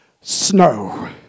snow